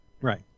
Right